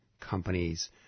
companies